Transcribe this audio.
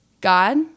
God